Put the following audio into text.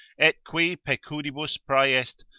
et qui pecudibus praeest,